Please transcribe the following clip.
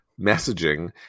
messaging